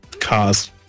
Cars